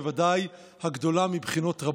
ובוודאי הגדולה מבחינות רבות.